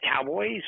Cowboys